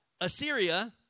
Assyria